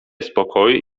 spokoju